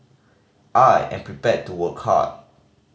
I am prepared to work hard